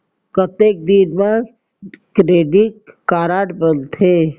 कतेक दिन मा क्रेडिट कारड बनते?